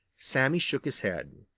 sammy shook his head.